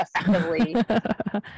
effectively